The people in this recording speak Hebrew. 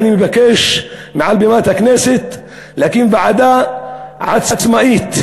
אני מבקש מעל בימת הכנסת להקים ועדה עצמאית,